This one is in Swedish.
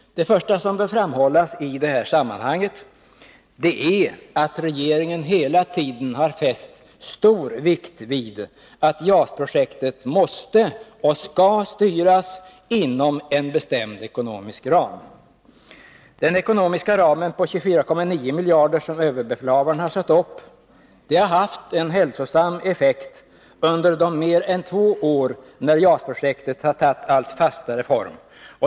Det första som bör framhållas i det här sammanhanget är att regeringen hela tiden har fäst stor vikt vid att JAS-projektet måste och skall styras inom en bestämd ekonomisk ram. Den ekonomiska ram på 24,9 miljarder som överbefälhavaren har satt upp har haft en hälsosam effekt under de mer än två år då JAS-projektet tagit allt fastare form.